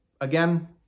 again